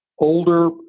older